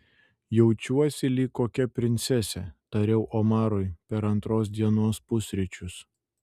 jaučiuosi lyg kokia princesė tariau omarui per antros dienos pusryčius